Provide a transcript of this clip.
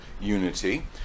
unity